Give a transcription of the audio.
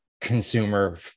Consumer